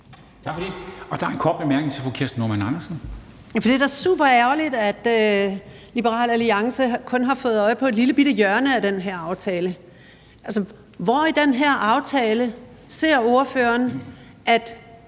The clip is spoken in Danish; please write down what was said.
det er da super ærgerligt, at Liberal Alliance kun har fået øje på et lillebitte hjørne af den her aftale. Altså, hvor i den her aftale ser ordføreren, at